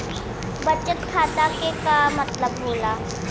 बचत खाता के का मतलब होला?